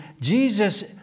Jesus